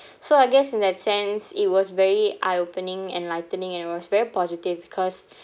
so I guess in that sense it was very eye opening enlightening and it was very positive because